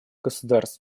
государств